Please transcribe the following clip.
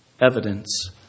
Evidence